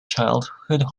childhood